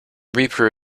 reaper